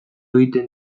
egiten